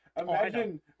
Imagine